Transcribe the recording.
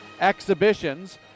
exhibitions